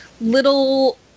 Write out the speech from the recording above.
little